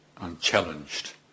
Unchallenged